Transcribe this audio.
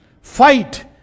Fight